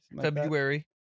February